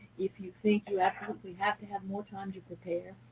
if you think you absolutely have to have more time to prepare,